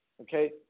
okay